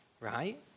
right